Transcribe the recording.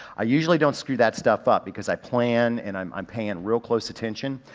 i usually don't screw that stuff up because i plan and i'm i'm paying real close attention.